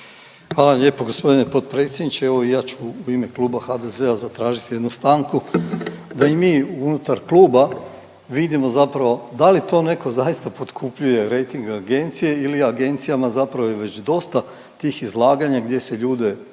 Hvala lijepo gospodine potpredsjedniče. Evo i ja ću u ime kluba HDZ-a zatražiti jednu stanku, da i mi unutar kluba vidimo zapravo da li to netko zaista potkupljuje rejting agencije ili je agencijama zapravo već dosta tih izlaganja gdje se ljude tereti,